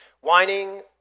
whining